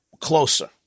closer